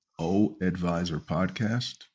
oadvisorpodcast